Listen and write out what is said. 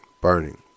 burning